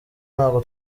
ntabwo